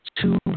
two